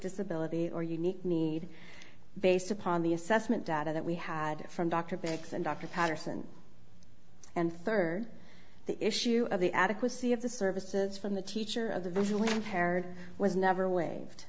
disability or unique need based upon the assessment data that we had from dr blix and dr patterson and third the issue of the adequacy of the services from the teacher of the visually impaired was never waived